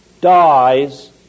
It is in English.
dies